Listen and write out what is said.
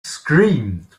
screamed